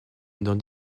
dans